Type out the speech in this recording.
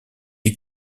est